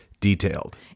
Detailed